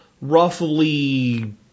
roughly